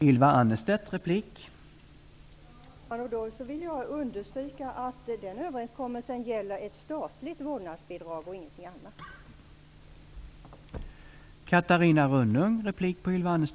Herr talman! Jag vill understryka att den överenskommelsen gäller ett statligt vårdnadsbidrag och ingenting annat.